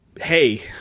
hey